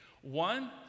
One